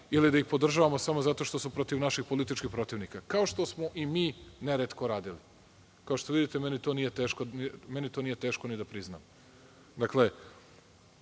ili da ih podržavamo, samo zato što su protiv naših političkih protivnika, kao što smo i mi neretko radili. Kao što vidite, meni to nije teško, ni da priznam,